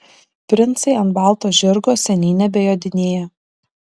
princai ant balto žirgo seniai nebejodinėja